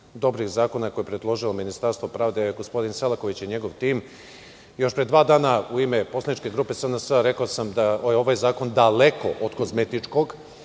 dobrih zakona koje je predložilo Ministarstvo pravde, gospodin Selaković i njegov tim. Još pre dva dana u ime poslaničke grupe SNS rekao sam da je ovaj zakon daleko od kozmetičkog,